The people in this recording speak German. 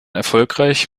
erfolgreich